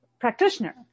practitioner